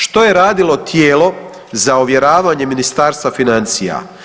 Što je radilo tijelo za ovjeravanje Ministarstva financija?